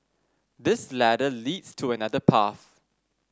this ladder leads to another path